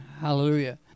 Hallelujah